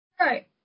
Right